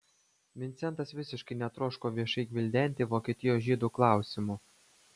vincentas visiškai netroško viešai gvildenti vokietijos žydų klausimo